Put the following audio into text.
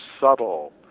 subtle